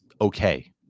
okay